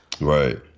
Right